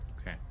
Okay